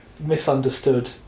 misunderstood